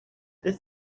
this